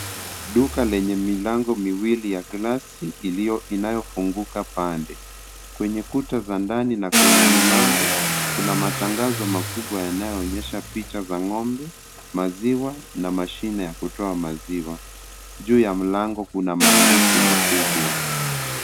Duka lenye milango miwili ya glasi inayofunguka pande. Kwenye kuta za ndani na kwenye milango, kuna matangazo makubwa yanayoonyesha picha za ng'ombe, maziwa na mashine ya kutoa maziwa. Juu ya mlango kuna maandishi makubwa.